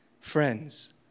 friends